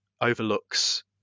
overlooks